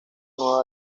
nueva